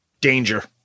Danger